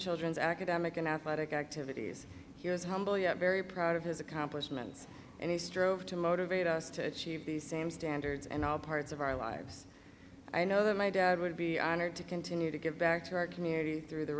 children's academic and athletic activities here is how very proud of his accomplishments and he strove to motivate us to achieve the same standards and all parts of our lives i know that my dad would be honored to continue to give back to our community through the